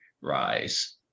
rise